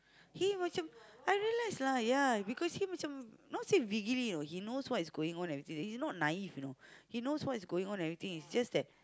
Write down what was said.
he macam I realised lah ya because he macam not say you know he knows what's going on everything he not naive you know he knows what is going on and everything it's just that